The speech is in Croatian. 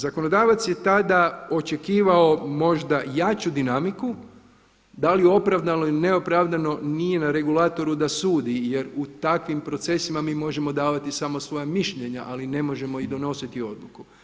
Zakonodavac je tada očekivao možda jaču dinamiku, da li opravdano ili neopravdano nije na regulatoru da sudi jer u takvim procesima mi možemo davati samo svoja mišljenja, ali ne možemo i donositi odluku.